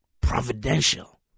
providential